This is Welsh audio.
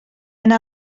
yna